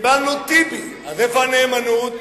קיבלנו טיבי, אז איפה הנאמנות?